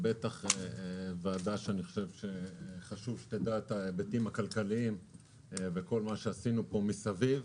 ובטח ועדה שחשוב שתדע את ההיבטים הכלכליים וכל מה שעשינו פה מסביב.